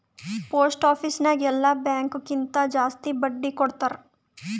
post office ನಾಗ್ ಎಲ್ಲಾ bank ಕಿಂತಾ ಜಾಸ್ತಿ ಬಡ್ಡಿ ಕೊಡ್ತಾರ್